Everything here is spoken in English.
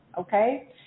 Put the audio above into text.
Okay